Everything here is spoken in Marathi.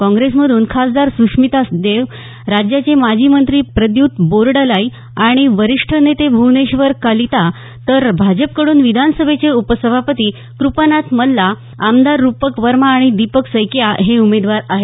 काँग्रेसमधून खासदार सुस्मिता देव राज्याचे माजी मंत्री प्रद्युत बोरडोलाई आणि वरिष्ठ नेते भूवनेश्वर कलिता तर भाजपकडून विधानसभेचे उपसभापती क्रपनाथ मल्ला आमदार रुपक शर्मा आणि दिलीप सैकीया हे उमेदवार आहेत